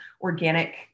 organic